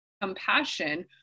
compassion